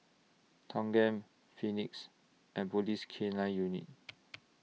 Thanggam Phoenix and Police K nine Unit